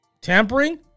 tampering